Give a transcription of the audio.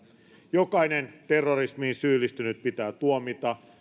jokainen terrorismiin syyllistynyt pitää tuomita